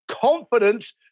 confidence